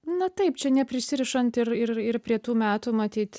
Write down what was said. na taip čia neprisirišant ir ir ir prie tų metų matyt